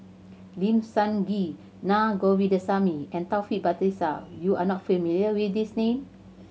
Lim Sun Gee Naa Govindasamy and Taufik Batisah you are not familiar with these name